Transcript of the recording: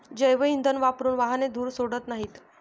जैवइंधन वापरून वाहने धूर सोडत नाहीत